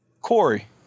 Corey